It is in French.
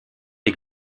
est